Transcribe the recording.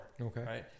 Okay